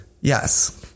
yes